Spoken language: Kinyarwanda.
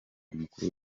umukuru